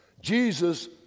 Jesus